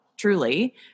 truly